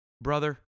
brother